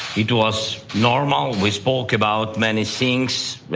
it was normal. we spoke about many things.